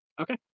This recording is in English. Okay